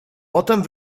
potem